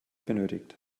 benötigt